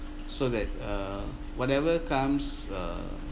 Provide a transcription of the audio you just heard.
so that uh whatever comes uh